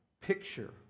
picture